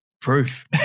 proof